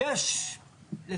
אני רק אגיד ככה קודם כל,